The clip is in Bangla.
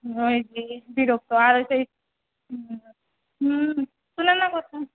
ওই কি বিরক্ত হয় আর ও সেই হুঁ হুম তুলনা করছে